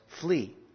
Flee